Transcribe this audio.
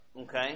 Okay